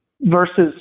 versus